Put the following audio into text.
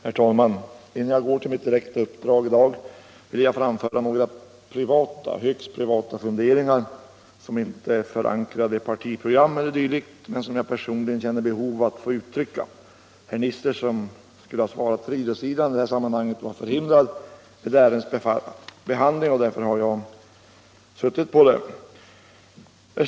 Herr talman! Innan jag går in på mitt direkta uppdrag i dag vill jag framföra några högst privata funderingar, som inte är förankrade i partiprogram e.d. men som jag känner ett behov av att få uttrycka. Herr Nisser, som skulle ha talat om den del av frågan som rör anslaget till idrotten, var förhindrad att närvara vid ärendets behandling, och därför har jag fått i uppdrag att göra det.